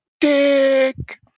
Dick